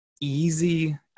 easy